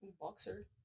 Boxer